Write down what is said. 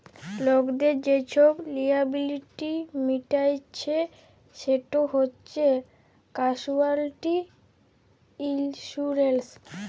লকদের যে ছব লিয়াবিলিটি মিটাইচ্ছে সেট হছে ক্যাসুয়ালটি ইলসুরেলস